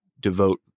devote